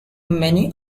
many